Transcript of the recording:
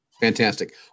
Fantastic